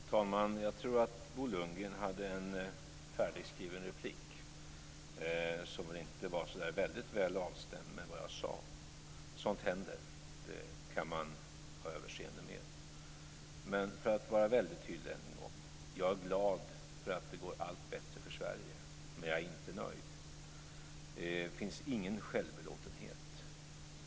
Fru talman! Jag tror att Bo Lundgren hade en färdigskriven replik, som väl inte var så där väldigt väl avstämd med vad jag sade. Sådant händer. Det kan man ha överseende med. Men för att vara väldigt tydlig ännu en gång: Jag är glad att det går allt bättre för Sverige, men jag är inte nöjd. Det finns ingen självbelåtenhet.